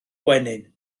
gwenyn